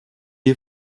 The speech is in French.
est